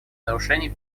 нарушений